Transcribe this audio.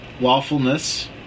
lawfulness